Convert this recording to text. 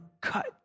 cut